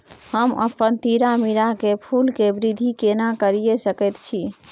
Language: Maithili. हम अपन तीरामीरा के फूल के वृद्धि केना करिये सकेत छी?